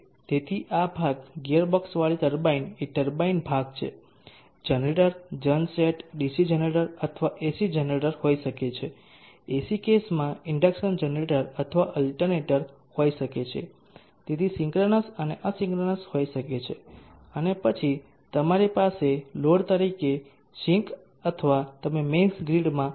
તેથી આ ભાગ ગિયર બોક્સવાળી ટર્બાઇન એ ટર્બાઇન ભાગ છે generator gen set DC generator અથવા AC જનરેટર હોઈ શકે છે AC કેસમાં ઇન્ડક્શન જનરેટર અથવા અલ્ટરનેટર હોઈ શકે છે તેથી સીન્ક્રનસ અને અસીન્ક્રનસ હોઈ શકે છે અને પછી તમારી પાસે લોડ તરીકે સિંક અથવા તમે મેઇન્સ ગ્રીડમાં પાછા પમ્પ કરી શકો છો